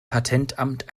patentamt